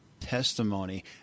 testimony